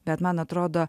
bet man atrodo